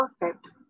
perfect